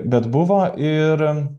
bet buvo ir